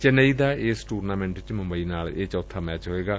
ਚੇਨੱਈ ਦਾ ਇਸ ਟੁਰਨਾਮੈਂਟ ਵਿਚ ਮੂੰਬਈ ਨਾਲ ਇਹ ਚੌਬਾ ਮੈਚ ਹੋਵੇਗਾ